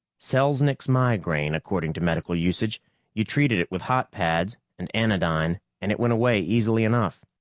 selznik's migraine, according to medical usage you treated it with hot pads and anodyne, and it went away easily enough.